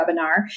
webinar